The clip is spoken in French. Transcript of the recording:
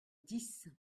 dix